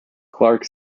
clark